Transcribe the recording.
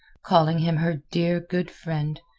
calling him her dear, good friend,